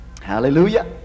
Hallelujah